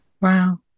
Wow